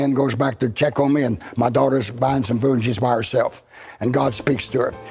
and goes back to check on me and my daughter is buying some food. she is by herself and god speaks to her.